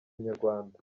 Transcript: inyarwanda